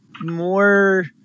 more